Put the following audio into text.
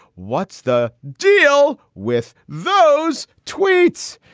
what's the deal with those tweets?